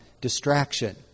distraction